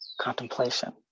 contemplation